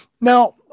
Now